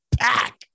back